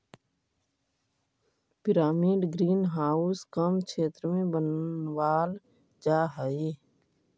pyramid green house कम क्षेत्र में बनावाल जा हई